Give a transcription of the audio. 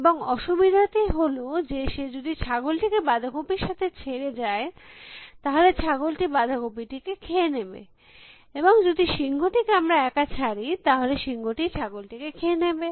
এবং অসুবিধাটি হল যে সে যদি ছাগলটিকে বাঁধাকপির সাথে ছেড়ে যায় তাহলে ছাগলটি বাঁধাকপি টিকে খেয়ে নেবে এবং যদি সিংহ টিকে আমরা একা ছাড়ি তাহলে সিংহটি ছাগল টিকে খেয়ে নেবে